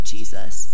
Jesus